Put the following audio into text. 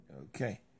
Okay